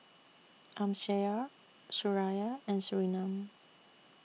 Amsyar Suraya and Surinam